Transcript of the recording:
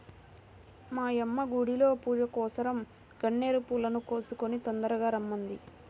మా యమ్మ గుడిలో పూజకోసరం గన్నేరు పూలను కోసుకొని తొందరగా రమ్మంది